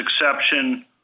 exception